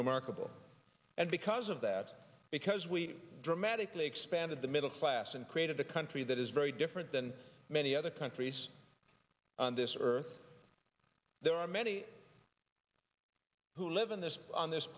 remarkable and because of that because we dramatically expanded the middle class and created a country that is very different than many other countries on this earth there are many who live in this on this